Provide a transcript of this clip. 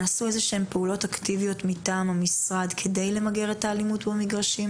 נעשו איזה שהן פעולות אקטיביות מטעם המשרד כדי למגר את האלימות במגרשים,